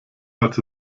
also